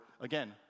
again